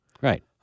Right